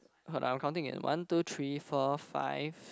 uh I'm counting it one two three four five